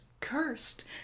cursed